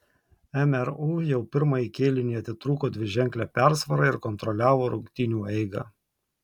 mru jau pirmąjį kėlinį atitrūko dviženkle persvara ir kontroliavo rungtynių eigą